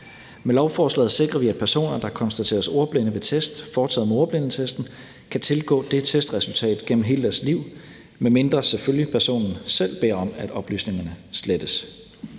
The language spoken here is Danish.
Med lovforslaget sikrer vi, at personer, der konstateres ordblinde ved test foretaget med ordblindetesten, kan tilgå det testresultat gennem hele deres liv, medmindre, selvfølgelig, personen selv beder om, at oplysningerne slettes.